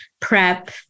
prep